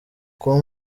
com